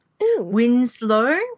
Winslow